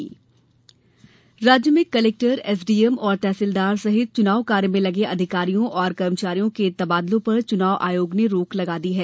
चुनाव रोक राज्य में कलेक्टर एसडीएम और तहसीलदार सहित चुनाव कार्य में लगे अधिकारियों और कर्मचारियों के तबादलों पर चुनाव आयोग ने रोक लगा दी है